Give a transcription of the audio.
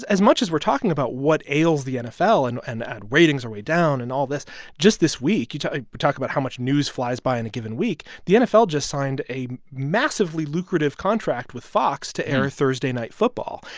as much as we're talking about what ails the nfl and and and ratings are way down and all this just this week you talk about how much news flies by in a given week the nfl just signed a massively lucrative contract with fox to air thursday night football.